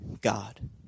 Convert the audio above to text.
God